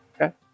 Okay